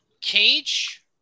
Cage